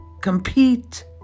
Compete